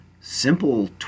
simple